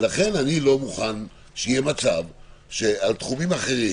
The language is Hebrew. ולכן אני לא מוכן שבתחומים אחרים